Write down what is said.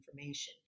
information